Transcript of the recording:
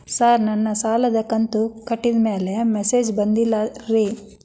sir ನನ್ನ ಸಾಲದ ಕಂತು ಕಟ್ಟಿದಮೇಲೆ ಮೆಸೇಜ್ ಬಂದಿಲ್ಲ ರೇ